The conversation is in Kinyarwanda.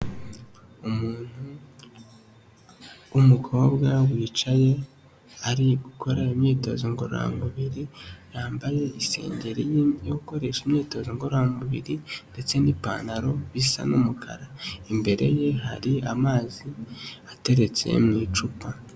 Umuntu w'umukobwa wicaye ari gukora imyitozo ngororamubiri, yambaye isengeri yo gukoresha imyitozo ngororamubiri ndetse n'ipantaro bisa n'umukara, imbere ye hari amazi ateretse mu icupa.